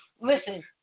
Listen